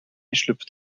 schlüpft